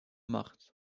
macht